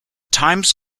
times